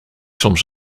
soms